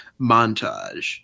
montage